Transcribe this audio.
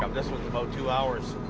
um this was about two hours.